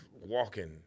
walking